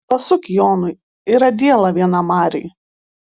pasuk jonui yra diela viena marėj